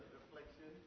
reflection